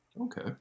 Okay